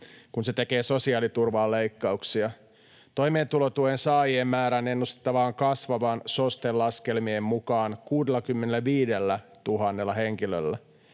kun se tekee sosiaaliturvaan leikkauksia. Toimeentulotuen saajien määrän ennustetaan kasvavaan SOSTEn laskelmien mukaan 65 000 henkilöllä.